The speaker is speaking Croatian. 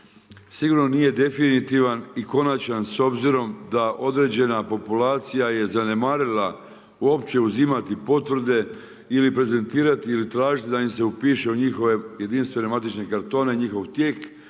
sigurno nije definitivan konačan s obzirom da određena populacija je zanemarila uopće uzimate potvrde i ne prezentirati ili tražiti da im se upiše u njihove jedinstvene matične kartone, njihov tijek